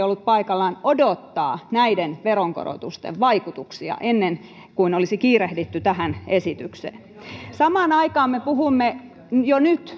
ollut paikallaan odottaa näiden veronkorotusten vaikutuksia ennen kuin olisi kiirehditty tähän esitykseen samaan aikaan me puhumme jo nyt